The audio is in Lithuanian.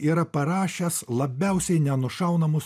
yra parašęs labiausiai nenušaunamus